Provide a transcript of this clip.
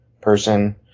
person